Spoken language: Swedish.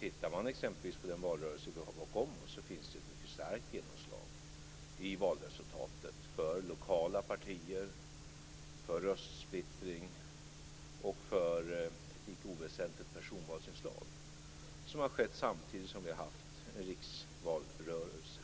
Tittar man närmare exempelvis på den valrörelse vi har bakom oss ser man att det finns ett mycket starkt genomslag i valresultatet för lokala partier, för röstsplittring och för ett icke oväsentligt personvalsinslag. Detta har skett samtidigt som vi har haft riksvalrörelse.